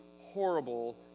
horrible